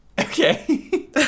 Okay